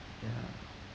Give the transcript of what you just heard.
ya